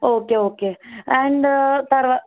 okay okay and తర్వాత